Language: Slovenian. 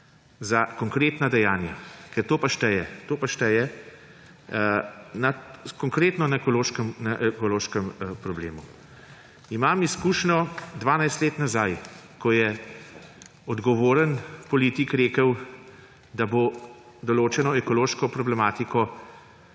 za konkretna dejanja. Ker to pa šteje. To pa šteje. Konkretno na ekološkem problemu. Imam izkušnjo, 12 let nazaj, ko je odgovorni politik rekel, da bo določeno ekološko problematiko